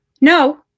No